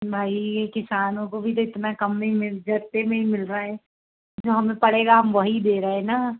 भाई ये किसानों को भी तो इतना कम में ही मिल रहा है जो हमें पड़ेगा हम वही दे रहे हैं है ना